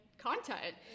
content